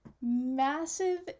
massive